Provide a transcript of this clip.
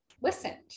listened